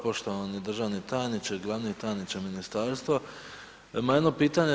Poštovani državni tajniče, glavni tajniče ministarstva, ma jedno pitanje.